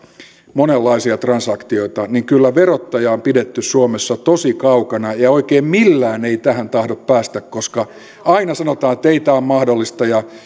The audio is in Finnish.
monenlaisia transaktioitaan niin kyllä verottaja on pidetty suomessa tosi kaukana ja ja oikein millään tähän ei tahdo päästä koska aina sanotaan ettei tämä ole mahdollista